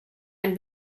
ein